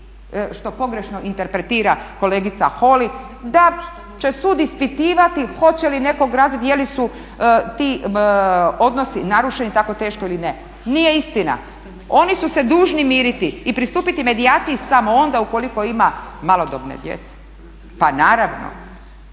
što pogrešno interpretira kolegica Holy da će sud ispitivati hoće li neko …, je li su ti odnosi narušeni tako teško ili ne. Nije istina, oni su se dužni miriti i pristupiti medijaciji samo onda ukoliko ima malodobne djece. Pa naravno,